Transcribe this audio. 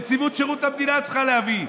נציבות שירות המדינה צריכה להביא.